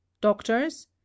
Doctors